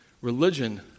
religion